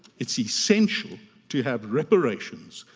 it's essential to have reparations,